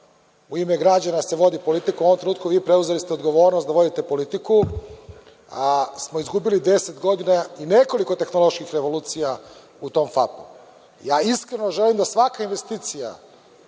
u ime građana se vodi politika. U ovom trenutku vi ste preuzeli odgovornost da vodite politiku, ali smo izgubili 10 godina i nekoliko tehnoloških revolucija u tom FAP-u. Iskreno želim da svaka investicija